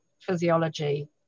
physiology